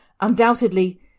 undoubtedly